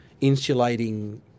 insulating